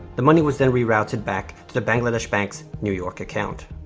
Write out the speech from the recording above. the money was then rerouted back to the bangladesh bank's new york account.